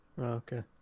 Okay